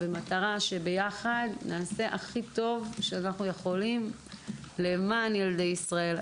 במטרה שביחד נעשה הכי טוב שאנחנו יכולים למען ילדי ישראל.